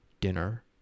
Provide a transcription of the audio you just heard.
dinner